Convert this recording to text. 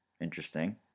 Interesting